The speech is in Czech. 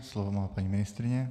Slovo má paní ministryně.